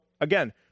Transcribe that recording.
again